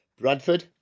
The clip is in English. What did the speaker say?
Bradford